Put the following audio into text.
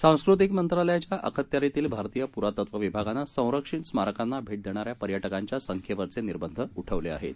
सांस्कृतिकमंत्रालयाच्याअखत्यारीतीलभारतीयपुरातत्वविभागानंसंरक्षितस्मारकांनाभेटदेणाऱ्यापर्यटकांच्यासंख्येवरचेनिर्बंधउठव लेआहेत